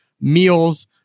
Meals